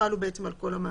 שחלו בעצם על כל המעסיקים.